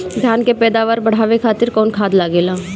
धान के पैदावार बढ़ावे खातिर कौन खाद लागेला?